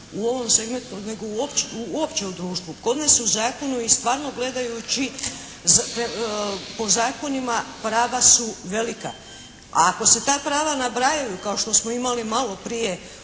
u ovom segmentu nego uopće u društvu. Kod nas su zakoni stvarno gledajući, po zakonima su prava velika. A ako se ta prava nabrajaju kao što smo imali maloprije